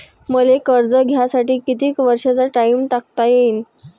मले कर्ज घ्यासाठी कितीक वर्षाचा टाइम टाकता येईन?